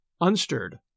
unstirred